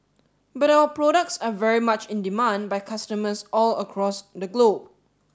but our products are very much in demand by customers all across the globe